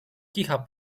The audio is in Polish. kicha